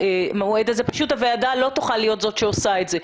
הוועדה לא תוכל להיות זו שעושה את זה.